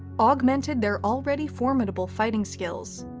augmented their already formidable fighting skills.